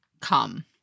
come